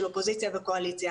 של אופוזיציה וקואליציה.